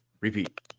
repeat